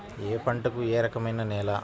ఏ పంటకు ఏ రకమైన నేల?